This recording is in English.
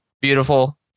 beautiful